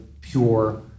pure